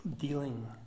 dealing